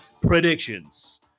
Predictions